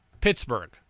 Pittsburgh